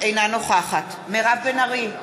אינה נוכחת מירב בן ארי,